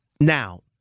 Now